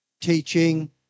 teaching